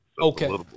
Okay